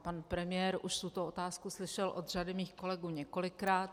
Pan premiér už tuto otázku slyšel od řady mých kolegů několikrát.